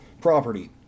property